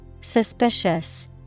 Suspicious